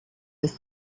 with